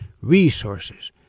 resources